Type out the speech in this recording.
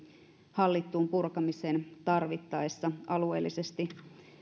hallittuun purkamiseen tarvittaessa alueellisesti